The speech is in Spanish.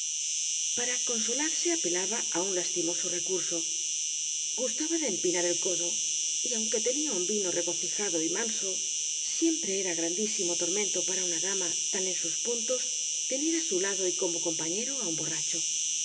para consolarse ape laba á un lastimoso recurso gustaba de empinar el codo y aunque tenía un vino regocijado y manso siempre era grandísimo tormento para una dama tan en sus puntos tener á su lado y como compa ñero á un borracho